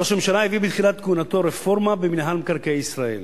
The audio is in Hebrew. ראש הממשלה הביא בתחילת כהונתו רפורמה במינהל מקרקעי ישראל,